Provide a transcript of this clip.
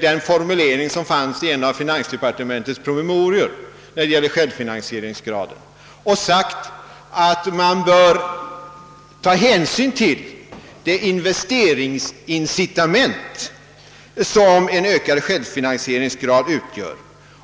den formulering som fanns i en av finansdepartementets promemorior, när det gäller finansieringsgraden, och sagt att man bör ta hänsyn till det investeringsincitament som en ökad självfinansieringsgrad utgör.